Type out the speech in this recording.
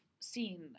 seen